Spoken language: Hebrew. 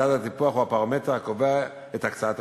מדד הטיפוח הוא הפרמטר הקובע את הקצאת השעות.